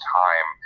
time